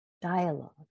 dialogue